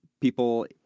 people